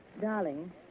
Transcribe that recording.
Darling